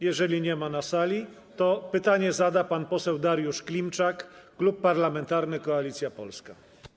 Jeżeli nie ma go na sali, to pytanie zada pan poseł Dariusz Klimczak, Klub Parlamentarny Koalicja Polska.